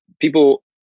people